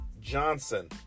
Johnson